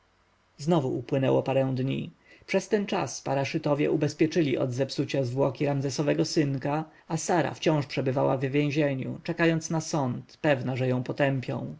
znowu upłynęło parę dni przez ten czas paraszytowie ubezpieczyli od zepsucia zwłoki ramzesowego synka a sara wciąż przebywała w więzieniu czekając na sąd pewna że ją potępią